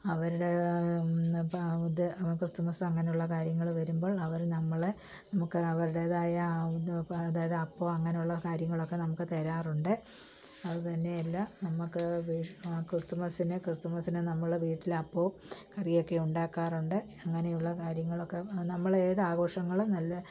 അവരുടെ ഇത് ക്രിസ്മസ് അങ്ങനെയുള്ള കാര്യങ്ങൾ വരുമ്പോൾ അവർ നമ്മളെ നമുക്ക് അവരുടേതായ ഇ ഇത് അപ്പം അങ്ങനെയുള്ള കാര്യങ്ങളൊക്കെ നമുക്ക് തരാറുണ്ട് അതുതന്നെയല്ല നമുക്ക് ക്രിസ്തുമസിന് ക്രിസ്തുമസിന് നമ്മൾ വീട്ടിൽ അപ്പവും കറിയൊക്കെ ഉണ്ടാക്കാറുണ്ട് അങ്ങനെയുള്ള കാര്യങ്ങളൊക്കെ നമ്മളെ ഏത് ആഘോഷങ്ങളും നല്ല